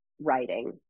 writing